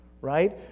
right